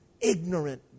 ignorant